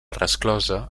resclosa